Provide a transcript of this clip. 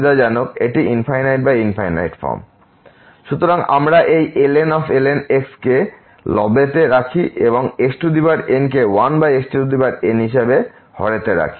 সুতরাং আমরা এই ln x কে লবেতে রাখি এবং xn কে 1xn হিসাবে হরেতে রাখি